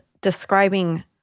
describing